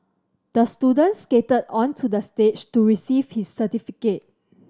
the student skated onto the stage to receive his certificate